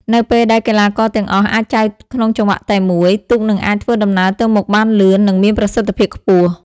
នៅពេលដែលកីឡាករទាំងអស់អាចចែវក្នុងចង្វាក់តែមួយ ទូកនឹងអាចធ្វើដំណើរទៅមុខបានលឿន និងមានប្រសិទ្ធភាពខ្ពស់។